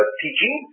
teaching